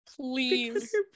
please